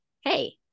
hey